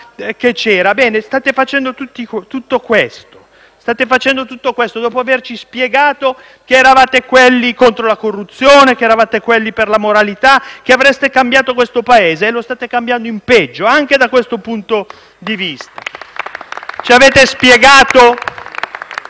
Ebbene, state facendo tutto questo dopo averci spiegato che eravate contro la corruzione e per la moralità e che avreste cambiato questo Paese. Lo state cambiando in peggio, anche da questo punto di vista. *(Applausi dal